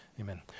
Amen